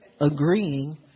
agreeing